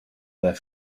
their